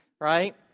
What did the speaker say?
right